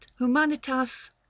humanitas